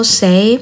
say